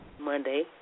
Monday